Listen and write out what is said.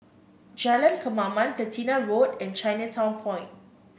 Jalan Kemaman Platina Road and Chinatown Point